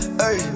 hey